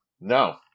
No